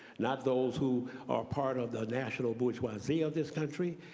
not those who are part of the national bourgeoisie of this country.